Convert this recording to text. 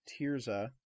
Tirza